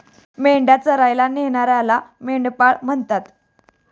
मेंढ्या चरायला नेणाऱ्याला मेंढपाळ म्हणतात